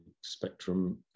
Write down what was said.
spectrum